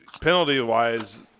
penalty-wise